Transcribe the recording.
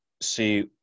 see